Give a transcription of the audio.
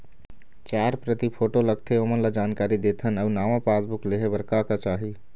चार प्रति फोटो लगथे ओमन ला जानकारी देथन अऊ नावा पासबुक लेहे बार का का चाही?